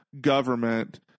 government